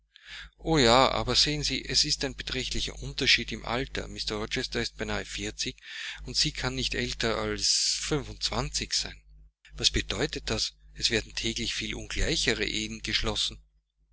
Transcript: o ja aber sehen sie es ist ein beträchtlicher unterschied im alter mr rochester ist beinahe vierzig und sie kann nicht älter als fünfundzwanzig sein was bedeutet das es werden täglich viel ungleichere ehen geschlossen